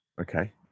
Okay